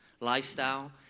lifestyle